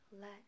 Let